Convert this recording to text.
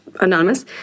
anonymous